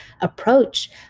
approach